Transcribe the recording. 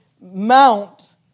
mount